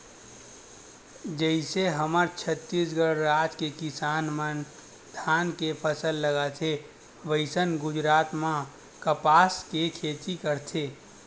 जइसे हमर छत्तीसगढ़ राज के किसान मन धान के फसल लगाथे वइसने गुजरात म कपसा के खेती करथे